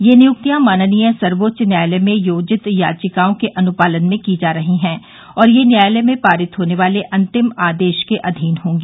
ये नियुक्तिया माननीय सर्वोच्च न्यायालय में योजित याचिकाओं के अनुपालन में की जा रही हैं और यह न्यायालय में पारित होने वाले अंतिम आदेश के अधीन होंगी